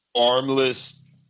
armless